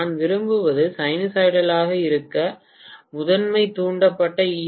நான் விரும்புவது சைனூசாய்டலாக இருக்க முதன்மை தூண்டப்பட்ட ஈ